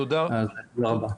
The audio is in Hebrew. תודה רבה.